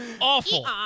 Awful